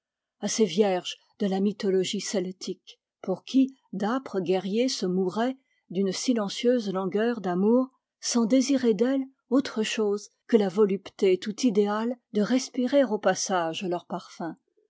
ces vierges de la mythologie celtique pour qui d'âpres guerriers se mouraient d'une silencieuse langueur d'amour sans désirer d'elles autre chose que la volupté tout idéale de respirer au passage leur parfum